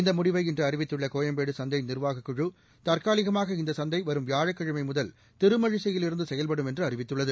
இந்த முடிவை இன்று அறிவித்துள்ள கோயம்பேடு சந்தை நிா்வாகக்குழு தற்காலிகமாக இந்த சந்தை வரும் வியாழக்கிழமை முதல் திருமழிசையில் இருந்து செயல்படும் என்று அறிவித்துள்ளது